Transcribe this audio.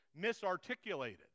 misarticulated